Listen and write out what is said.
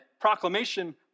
proclamation